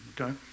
okay